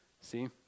See